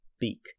beak